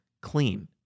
clean